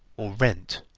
or rent,